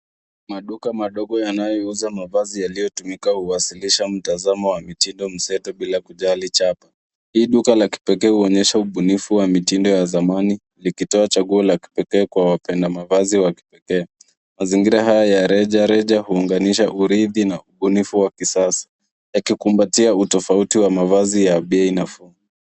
Maduka madogo yanyouza mavazi yaliyotumika huwasilisha mtazamo wa mtindo mseto bila kujali chapu . Hii duka la kipekee huonyesha ubunifu wa mitindo ya zamani ambayo chaguo la kipekee kwa wapenda mavazi ya kipekee. Mazingira haya ya reja huongeza urithi na ubunifu wa kisasa ukikumbatia utofauti ya mavazi ya bei nafuu.